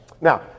Now